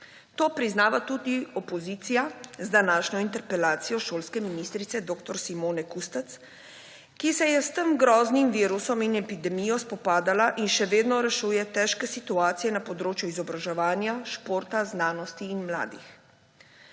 To priznava tudi opozicija z današnjo interpelacijo šolske ministrice dr. Simone Kustec, ki se je s tem groznim virusom in epidemijo spopadala in še vedno rešuje težke situacije na področju izobraževanja, športa, znanosti in mladih.